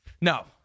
No